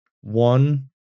one